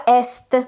est